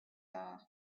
are